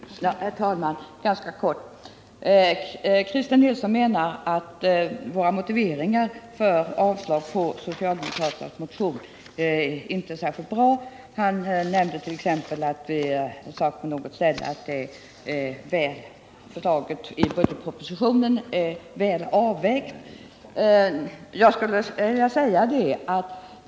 Herr talman! Jag skall fatta mig ganska kort. Christer Nilsson menar att våra motiveringar för avslag på socialdemokraternas motion inte är särskilt bra. Han nämnde t.ex. mitt uttalande att förslagen i budgetpropositionen är väl avvägda.